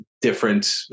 different